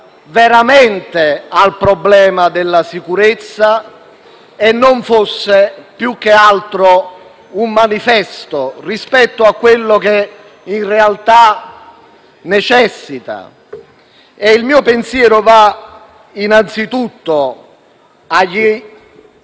veramente al problema della sicurezza e non fosse più che altro un manifesto rispetto a quello che in realtà necessita. Il mio pensiero va anzitutto ai